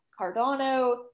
Cardano